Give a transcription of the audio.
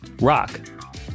Rock